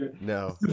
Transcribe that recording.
No